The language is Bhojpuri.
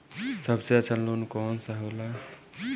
सबसे अच्छा लोन कौन सा होला?